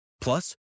Plus